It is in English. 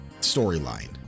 storyline